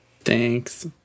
thanks